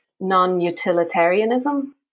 non-utilitarianism